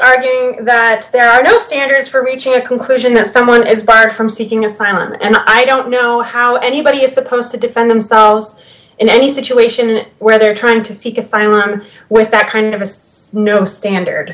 arguing that there are no standards for reaching a conclusion that someone is barred from seeking asylum and i don't know how anybody is supposed to defend themselves in any situation where they're trying to seek asylum with that kind of it's no standard